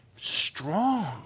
Strong